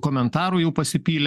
komentarų jau pasipylė